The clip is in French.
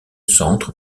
centre